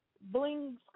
bling